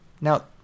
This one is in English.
Now